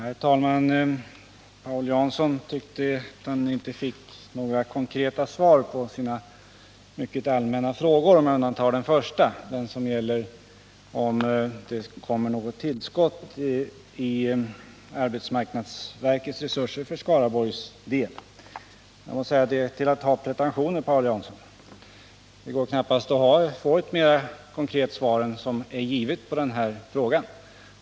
Herr talman! Paul Jansson tyckte att han inte fick några konkreta svar på sina — med undantag för den första frågan huruvida det blir något tillskott i arbetsmarknadsverkets resurser för Skaraborgs län — mycket allmänna frågor. Det är till att ha pretentioner, Paul Jansson. Det går knappast att få ett mer konkret svar än det jag har givit på denna fråga.